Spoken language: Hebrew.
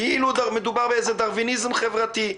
כאילו מדובר באיזה דרוויניזם חברתי.